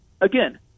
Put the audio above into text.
again